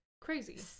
Crazy